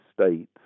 States